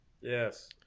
Yes